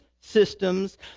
systems